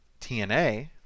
TNA